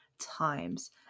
times